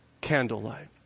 candlelight